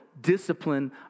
discipline